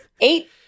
eight